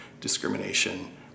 discrimination